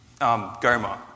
Goma